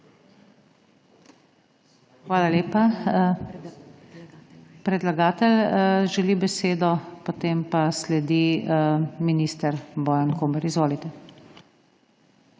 Hvala lepa. Predlagatelj želi besedo, potem pa sledi minister Bojan Kumer. Izvolite.